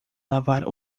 lavar